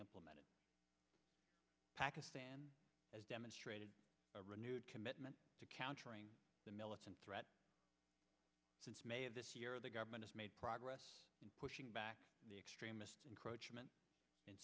implemented pakistan as demonstrated a renewed commitment to countering the militant threat since may of this year the government has made progress in pushing back the extremist encroachment